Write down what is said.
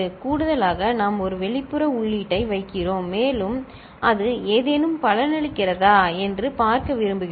கூடுதலாக நாம் ஒரு வெளிப்புற உள்ளீட்டை வைக்கிறோம் மேலும் அது ஏதேனும் பயனளிக்கிறதா என்று பார்க்க விரும்புகிறோம்